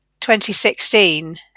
2016